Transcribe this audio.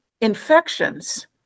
infections